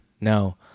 No